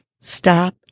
stop